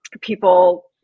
people